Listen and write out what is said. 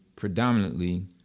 predominantly